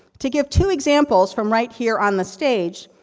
to give two examples from right here on the stage,